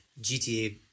GTA